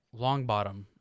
Longbottom